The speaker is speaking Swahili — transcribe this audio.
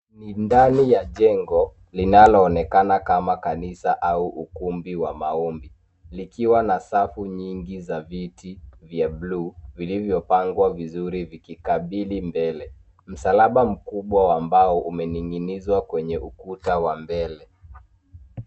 Ni ndani ya jengo linaloonekana kama kanisa au ukumbi wa maombi. Likiwa na safu nyingi za viti vya blue , vilivyopangwa vizuri vikikabidhi mbele. Msalaba mkubwa wa mbao umening'inizwa kwenye ukuta wa mbele.